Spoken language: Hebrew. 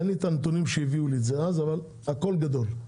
אין לי את הנתונים שהביאו לי אז, אבל הכל גדול.